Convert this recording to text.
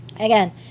again